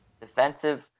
Defensive